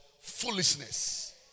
foolishness